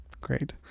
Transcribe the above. great